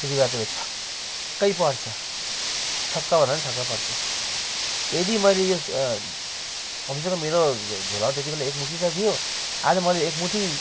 त्यति बेला त्यो छक्कै पर्छ छक्क भन्दा पनि छक्क पर्छ यदि मैले यो कम से कम मेरो झोलामा त्यति बेला एक मुठी त थियो आज मैले एक मुठी